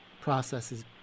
processes